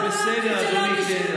זה בסדר, אדוני, תן לה.